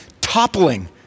toppling